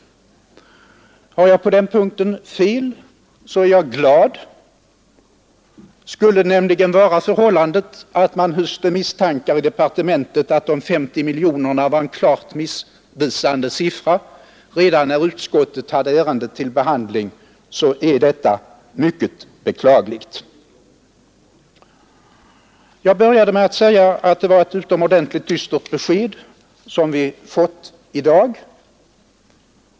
Har jag på den punkten fel, är jag glad. Skulle det nämligen vara förhållandet att man redan när utskottet hade ärendet under behandling hyste misstankar inom departementet om att de 50 miljonerna var en klart missvisande uppgift, är detta mycket beklagligt. Jag började med att säga att det var ett utomordentligt dystert besked som vi fått i dag.